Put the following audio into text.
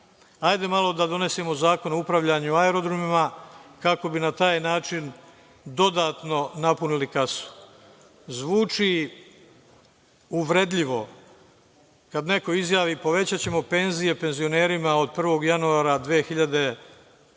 hajde malo da donesemo zakon o upravljanju aerodromima, kako bi na taj način dodatno napunili kasu. Zvuči uvredljivo kada neko izjavi – povećaćemo penzije penzionerima od 1. januara 2017.